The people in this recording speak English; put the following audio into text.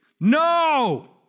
no